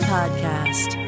Podcast